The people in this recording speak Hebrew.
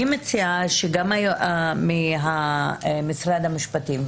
אני מציעה שגם משרד המשפטים,